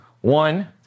One